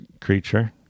creature